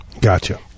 Gotcha